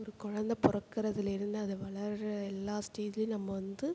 ஒரு கொழந்தை பிறக்கறதுலேருந்து அது வளர்கிற எல்லா ஸ்டேஜுலேயும் நம்ம வந்து